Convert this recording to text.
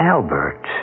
Albert